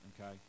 okay